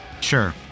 sure